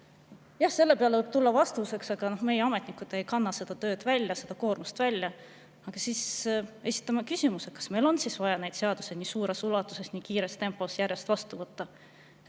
Jah, selle peale võib tulla vastuseks: "Aga meie ametnikud ei kanna seda töökoormust välja." Aga siis esitame küsimuse: kas meil on vaja neid seadusi nii suures ulatuses nii kiires tempos järjest vastu võtta?